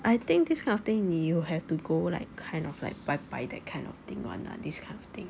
I think this kind of thing 你 you have to go like kind of like 拜拜 that kind of thing [one] lah this kind of thing